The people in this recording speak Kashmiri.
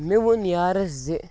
مےٚ ووٚن یارَس زِ